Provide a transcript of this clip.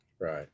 Right